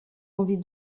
envie